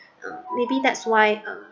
um maybe that's why uh